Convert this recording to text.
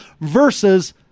versus